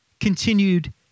continued